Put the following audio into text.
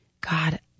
God